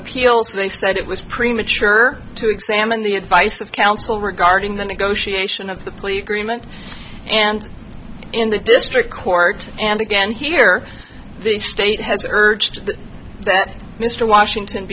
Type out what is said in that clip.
appeals they said it was premature to examine the advice of counsel regarding the negotiation of the plea agreement and in the district court and again here the state has urged that mr washington